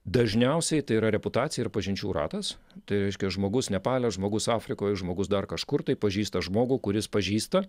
dažniausiai tai yra reputacija ir pažinčių ratas tai reiškia žmogus nepale žmogus afrikoj žmogus dar kažkur tai pažįsta žmogų kuris pažįsta